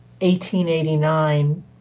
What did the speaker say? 1889